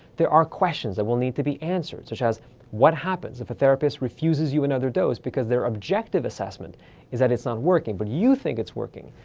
there are questions that will need to be answered, such as what happens if a therapist refuses you another dose because their objective assessment is that it's not working, but you think it's working,